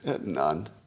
None